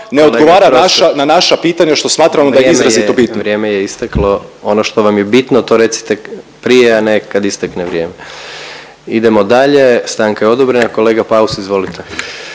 Gordan (HDZ)** …vrijeme je, vrijeme je isteklo. Ono što vam je bitno to recite prije, a ne kad istekne vrijeme. Idemo dalje, stanka je odobrena, kolega Paus izvolite.